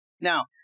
Now